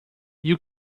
you